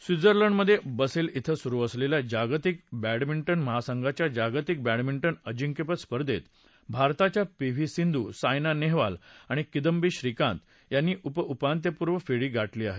स्वित्झर्लंडमध्ये बसेल िं सुरू असलेल्या जागतिक बॅडमिंटन महासंघाच्या जागतिक बॅडमिंटन अजिंक्यपद स्पर्धेत भारताच्या पी व्ही सिंघू सायना नेहवाल आणि किदंबी श्रीकांत यांनी उपउपांत्यपूर्व फेरी गाठली आहे